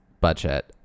budget